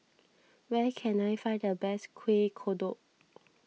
where can I find the best Kuih Kodok